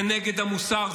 זה נגד המוסר,